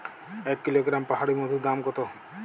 এক কিলোগ্রাম পাহাড়ী মধুর দাম কত?